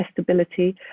testability